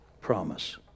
promise